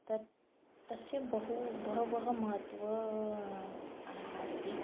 तत् तस्य बहु बहवः महत्त्वम् अस्ति